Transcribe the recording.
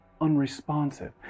unresponsive